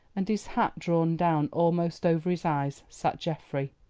and his hat drawn down almost over his eyes, sat geoffrey.